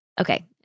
Okay